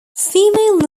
female